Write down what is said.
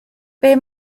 beth